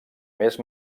més